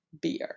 Beer